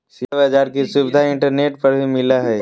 share बाज़ार के सुविधा इंटरनेट पर भी मिलय हइ